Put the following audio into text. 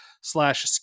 slash